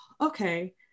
okay